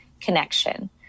connection